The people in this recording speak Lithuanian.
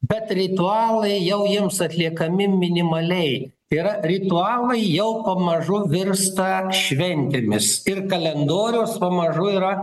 bet ritualai jau jiems atliekami minimaliai tai yra ritualai jau pamažu virsta šventėmis ir kalendorios pamažu yra